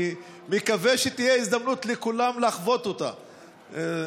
אני מקווה שתהיה הזדמנות לכולם לחוות אותה.